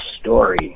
story